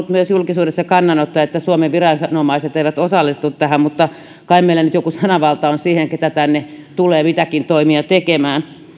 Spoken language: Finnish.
myös julkisuudessa kannanottoja että suomen viranomaiset eivät osallistu tähän mutta kai meillä nyt joku sananvalta on siihen keitä tänne tulee mitäkin toimia tekemään